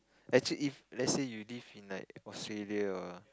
actually if let's say you live in like Australia or